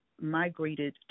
migrated